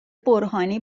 برهانی